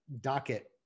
docket